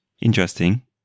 Interesting